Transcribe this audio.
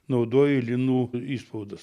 naudoji linų išspaudas